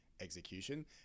execution